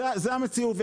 זו המציאות.